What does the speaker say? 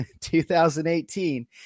2018